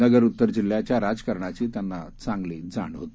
नगर उत्तर जिल्ह्याच्या राजकारणाची त्यांना चांगली जाण होती